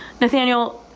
Nathaniel